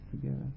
together